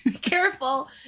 Careful